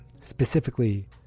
Specifically